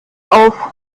auf